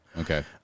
Okay